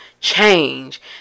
change